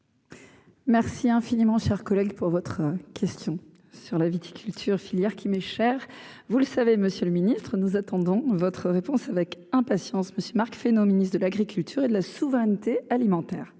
Merci infiniment cher collègue pour votre question sur la viticulture filière qui m'est cher, vous le savez, Monsieur le Ministre, nous attendons votre réponse avec impatience monsieur Marc Fesneau Ministre de l'Agriculture et de la souveraineté alimentaire.